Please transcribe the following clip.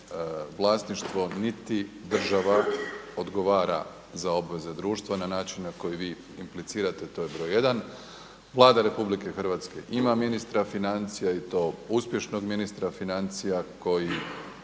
vlasništvo, niti država odgovara za obveze društva na način na koji vi implicirate. To je broj jedan. Vlada RH ima ministra financija i to uspješnog ministra financija koji